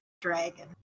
dragon